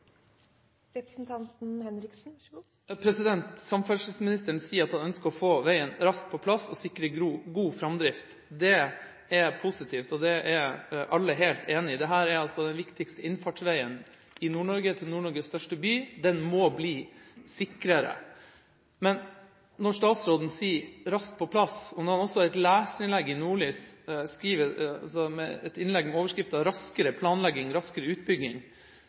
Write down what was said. Samferdselsministeren sier at han ønsker å få veien raskt på plass og sikre god framdrift. Det er positivt, og det er alle helt enig i. Dette er altså den viktigste innfartsveien i Nord-Norge til Nord-Norges største by. Den må bli sikrere. Men når statsråden sier «raskt på plass», og når han også har et leserinnlegg i Nordlys med overskriften Raskere planlegging, raskere utbygging, mener jeg det er ganske lett å si at innholdet ikke står i stil med